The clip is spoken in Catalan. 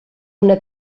una